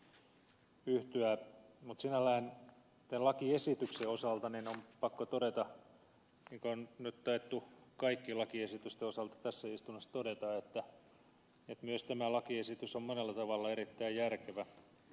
mutta sinällään tämän lakiesityksen osalta on pakko todeta mikä on nyt taidettu kaikkien lakiesitysten osalta tässä istunnossa todeta että myös tämä lakiesitys on monella tavalla erittäin järkevä